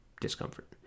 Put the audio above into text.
discomfort